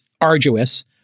arduous